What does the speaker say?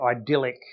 idyllic